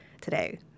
today